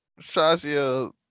Shazia